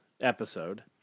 episode